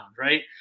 right